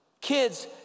Kids